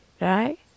right